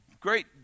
great